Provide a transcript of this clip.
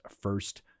first